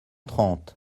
trente